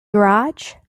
garage